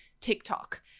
TikTok